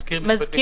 יהיה מזכיר משפטי.